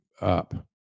up